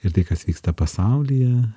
ir tai kas vyksta pasaulyje